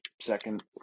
second